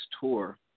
tour